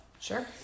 Sure